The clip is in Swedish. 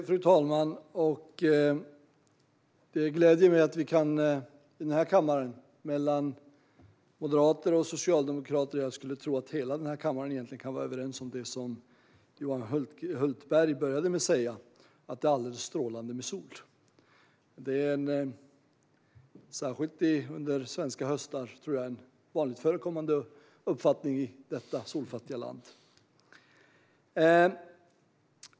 Fru talman! Det gläder mig att vi i den här kammaren - moderater, socialdemokrater, hela kammaren - kan vara överens om vad Johan Hultberg inledde med att säga, nämligen att det är alldeles strålande med sol. Det är särskilt under svenska höstar en vanligt förekommande uppfattning i detta solfattiga land.